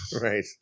Right